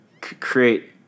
create